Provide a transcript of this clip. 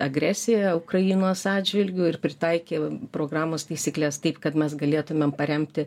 agresiją ukrainos atžvilgiu ir pritaikė programos taisykles taip kad mes galėtumėm paremti